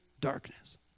darkness